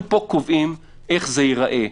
אנחנו פה קובעים איך זה ייראה.